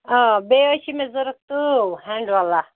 آ بیٚیہِ حظ چھِ مےٚ ضوٚرَتھ تٲو ہٮ۪نٛڈولا